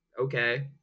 okay